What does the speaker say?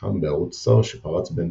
ומשם בערוץ צר שפרץ בין